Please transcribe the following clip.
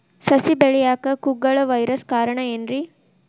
ಸಸಿ ಬೆಳೆಯಾಕ ಕುಗ್ಗಳ ವೈರಸ್ ಕಾರಣ ಏನ್ರಿ?